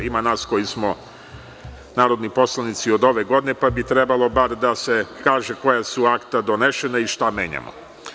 Ima nas koji smo narodni poslanici od ove godine, pa bi trebalo bar da se kaže koja su akta doneta i šta menjamo.